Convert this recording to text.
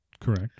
correct